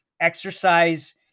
Exercise